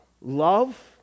Love